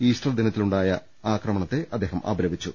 Easter ദിനത്തിലുണ്ടായ ആക്രമണത്തെ അദ്ദേഹം അപ ലപിച്ചു